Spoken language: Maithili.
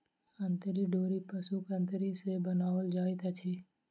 अंतरी डोरी पशुक अंतरी सॅ बनाओल जाइत अछि